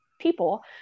people